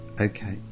okay